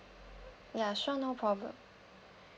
ya sure no problem